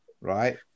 right